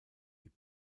die